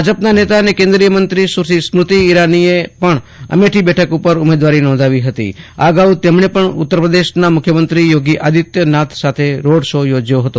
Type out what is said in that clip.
ભાજપના નેતા અને કેન્દ્રીય મંત્રી સ્મૃતિ ઇરાનીએ પણ અમેઠી બેઠક પર ઉમેદવારી નોંધાવી હતી આ અગાઉ તેમજ્ઞે પજ્ઞ ઉત્તરપ્રદેશના મુખ્યમંત્રી યોગી આદિત્યનાથ સાથે રોડ શો યોજ્યો હતો